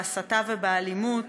בהסתה ובאלימות,